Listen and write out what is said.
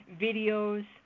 videos